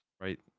right